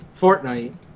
Fortnite